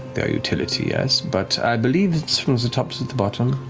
their utility, yes, but i believe it's from the top to the bottom.